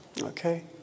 Okay